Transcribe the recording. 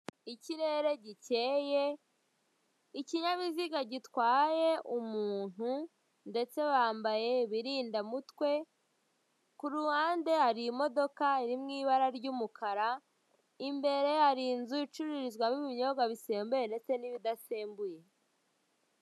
Ikirere gikeye, ikinyabiziga gitwaye, umuntu ndetse bambaye ibirinda mutwe, kuruhande hari imodoka iri mu ibara ry'umukara ,imbere har' inz' icururizwamo ,ibinyobwa bisembuye ndetse n'ibidasembuye.